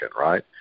right